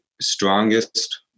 strongest